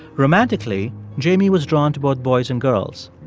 romantically, jamie was drawn to both boys and girls,